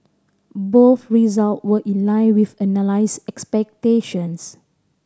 both result were in line with analyst expectations